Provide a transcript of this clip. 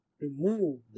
remove